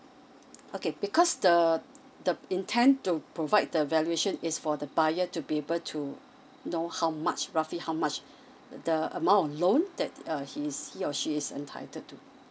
okay because the the intend to provide the valuation is for the buyer to be able to know how much roughly how much the amount loan that err he is he or she is entitled to